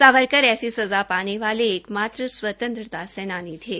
सावरकर ऐसी सजा पाने वाले एकमात्र स्वतंत्रता सेनानी थे